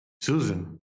Susan